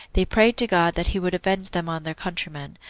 they prayed to god that he would avenge them on their countrymen.